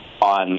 on